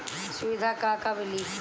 सुविधा का का मिली?